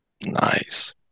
Nice